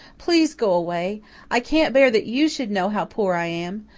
please go away i can't bear that you should know how poor i am.